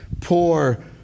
poor